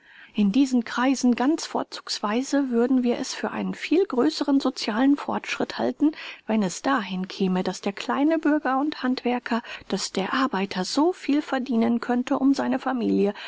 in diesen kreisen ganz vorzugsweise würden wir es für einen viel größeren socialen fortschritt halten wenn es dahin käme daß der kleine bürger und handwerker daß der arbeiter so viel verdienen könnte um seine familie